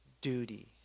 duty